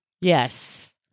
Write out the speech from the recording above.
Yes